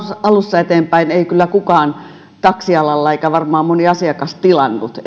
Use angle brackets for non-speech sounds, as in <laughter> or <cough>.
alussa eteenpäin ei kyllä kukaan taksialalla eikä varmaan moni asiakaskaan tilannut <unintelligible>